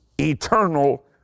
eternal